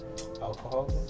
alcohol